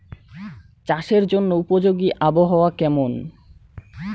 চাষের জন্য উপযোগী আবহাওয়া কেমন?